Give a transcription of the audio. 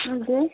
हजुर